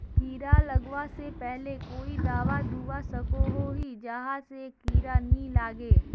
कीड़ा लगवा से पहले कोई दाबा दुबा सकोहो ही जहा से कीड़ा नी लागे?